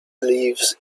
lives